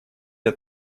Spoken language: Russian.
для